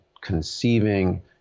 conceiving